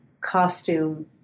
costume